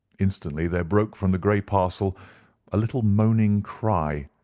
instantly there broke from the grey parcel a little moaning cry,